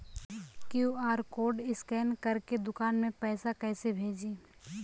QR code scan करके दुकान में पैसा कइसे भेजी?